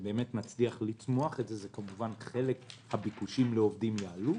ובאמת נצליח לצמוח אז חלק מהביקושים לעובדים יעלו.